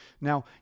now